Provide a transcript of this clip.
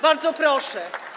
Bardzo proszę.